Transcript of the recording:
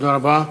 תודה רבה.